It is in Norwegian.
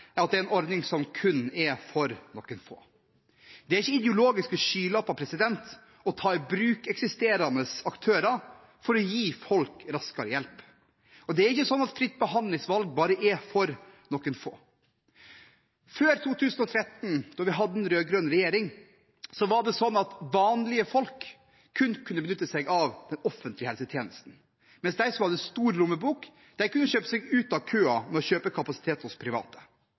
å ta i bruk eksisterende aktører for å gi folk hjelp raskere, og det er ikke sånn at fritt behandlingsvalg bare er for noen få. Før 2013, da vi hadde en rød-grønn regjering, var det sånn at vanlige folk kun kunne benytte seg av den offentlige helsetjenesten, mens de som hadde stor lommebok, kunne kjøpe seg ut av køen ved å kjøpe kapasitet hos private.